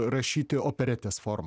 rašyti operetės forma